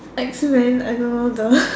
X Men I don't know the